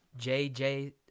JJ